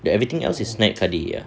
then everything else is naib kadi ya